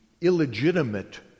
illegitimate